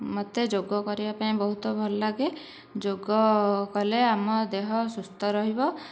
ମୋତେ ଯୋଗ କରିବାପାଇଁ ବହୁତ ଭଲ ଲାଗେ ଯୋଗ କଲେ ଆମ ଦେହ ସୁସ୍ଥ ରହିବ